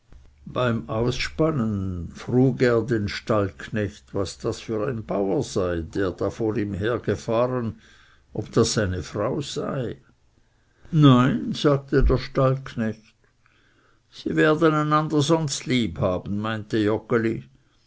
beim ausspannen frug er den stallknecht was das für ein bauer sei der da vor ihm hergefahren ob das seine frau sei nein sagte der stallknecht sie werden einander sonst lieb haben meinte